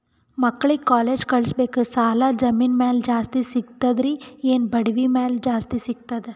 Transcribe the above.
ಮಕ್ಕಳಿಗ ಕಾಲೇಜ್ ಕಳಸಬೇಕು, ಸಾಲ ಜಮೀನ ಮ್ಯಾಲ ಜಾಸ್ತಿ ಸಿಗ್ತದ್ರಿ, ಏನ ಒಡವಿ ಮ್ಯಾಲ ಜಾಸ್ತಿ ಸಿಗತದ?